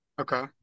Okay